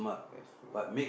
that's true